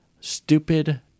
stupid